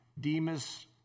Demas